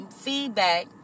feedback